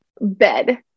bed